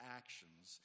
actions